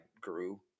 grew